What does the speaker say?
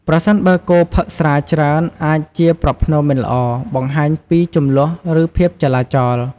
ប្រសិនបើគោផឹក ស្រា ច្រើន អាចជាប្រផ្នូលមិនល្អ បង្ហាញពីជម្លោះ ឬភាពចលាចល។